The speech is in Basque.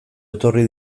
etorri